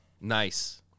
Nice